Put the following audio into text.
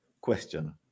question